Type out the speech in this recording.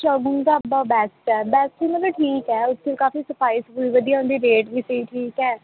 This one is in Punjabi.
ਸ਼ਗੁਨ ਢਾਬਾ ਬੈਸਟ ਹੈ ਬੈਸਟ ਨਹੀਂ ਮਤਲਬ ਠੀਕ ਹੈ ਉੱਥੇ ਕਾਫੀ ਸਫਾਈ ਸਫੁਈ ਵਧੀਆ ਉਹਦੇ ਰੇਟ ਵੀ ਠੀਕ ਠੀਕ ਹੈ